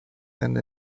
and